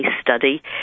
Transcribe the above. study